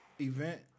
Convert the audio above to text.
event